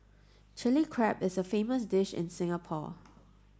Chilli Crab is a famous dish in Singapore